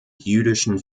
jüdischen